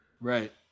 Right